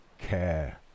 care